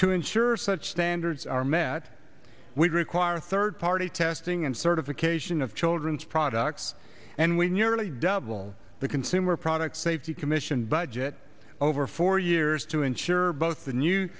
to ensure such standards are met we require third party testing and certification of children's products and nearly double the consumer product safety commission budget over four years to ensure both